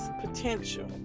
potential